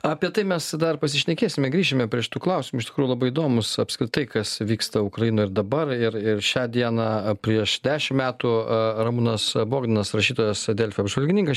apie tai mes dar pasišnekėsime grįšime prie šitų klausimų iš tikrųjų labai įdomūs apskritai kas vyksta ukrainoj ir dabar ir ir šią dieną prieš dešim metų ramūnas bogdanas rašytojas delfi apžvalgininkas